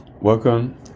welcome